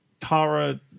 Tara